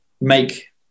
make